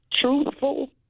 truthful